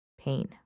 pain